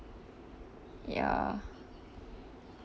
ya